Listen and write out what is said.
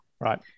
Right